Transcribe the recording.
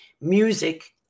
music